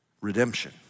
Redemption